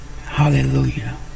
Hallelujah